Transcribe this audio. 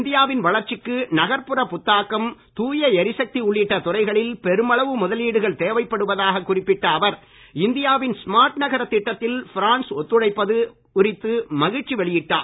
இந்தியாவின் வளர்ச்சிக்கு நகர்புற புத்தாக்கம் தூய எரிசக்தி உள்ளிட்ட துறைகளில் பெருமளவு முதலீடுகள் தேவைப்படுவதாக குறிப்பிட்ட அவர் இந்தியாவின் ஸ்மார்ட் நகரத் திட்டத்தில் பிரான்ஸ் ஒத்துழைப்பது குறித்து மகிழ்ச்சி வெளியிட்டார்